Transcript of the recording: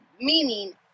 meaning